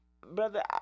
brother